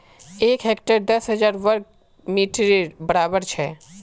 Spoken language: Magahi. एक हेक्टर दस हजार वर्ग मिटरेर बड़ाबर छे